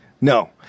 No